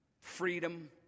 freedom